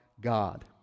God